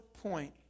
point